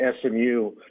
SMU